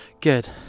Good